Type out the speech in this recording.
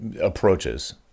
approaches